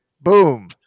boom